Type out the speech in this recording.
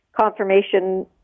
confirmation